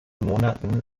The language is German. monaten